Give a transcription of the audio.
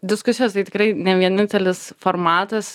diskusijos tai tikrai ne vienintelis formatas